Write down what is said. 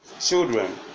Children